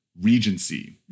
regency